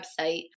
website